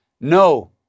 No